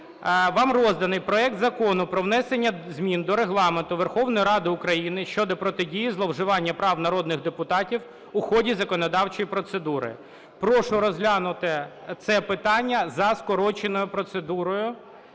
вам розданий проект Закону про внесення змін до Регламенту Верховної Ради України щодо протидії зловживанням прав народних депутатів у ході законодавчої процедури. Прошу розглянути це питання за скороченою процедурою